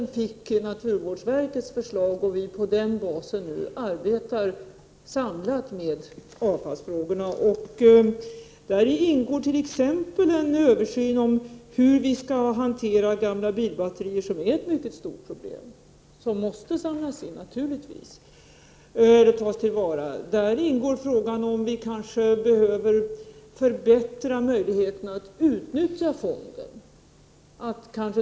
Vi fick naturvårdsverkets förslag så sent som för ett par månader sedan, och nu arbetar vi samlat med avfallshanteringsfrågorna på basis av detta förslag. Däri ingår t.ex. en översyn av hur vi skall hantera gamla bilbatterier, som ju är ett mycket stort problem. Batterierna måste naturligtvis samlas in. Däri ingår frågan om vi kanske behöver bättre möjligheter att utnyttja fonden.